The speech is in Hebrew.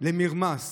למרמס